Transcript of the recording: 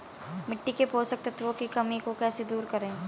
मिट्टी के पोषक तत्वों की कमी को कैसे दूर करें?